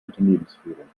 unternehmensführung